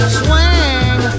swing